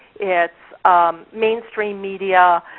it's mainstream media,